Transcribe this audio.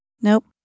Nope